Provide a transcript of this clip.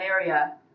area